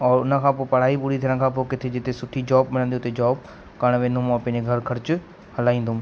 औरि उन खां पोइ पढ़ाई पूरी थियण खां पोइ किथे जिते सुठी जॉब मिलंदी हुते जॉब करण वेंदुमि औरि पंहिंजे घरु ख़र्च हलाईंदुमि